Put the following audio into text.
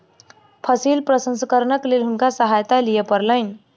फसिल प्रसंस्करणक लेल हुनका सहायता लिअ पड़लैन